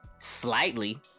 Slightly